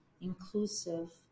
Inclusive